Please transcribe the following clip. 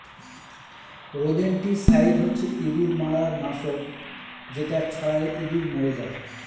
rodenticide হচ্ছে ইঁদুর মারার নাশক যেটা ছড়ালে ইঁদুর মরে যায়